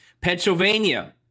Pennsylvania